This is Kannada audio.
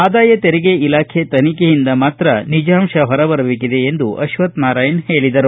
ಆದಾಯ ತೆರಿಗೆ ಇಲಾಖೆ ತನಿಖೆಯಿಂದ ಮಾತ್ರ ನಿಜಾಂಶ ಹೊರ ಬರಬೇಕಿದೆ ಎಂದು ಅಶ್ವತ್ಥನಾರಯಣ ಹೇಳಿದರು